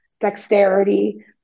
dexterity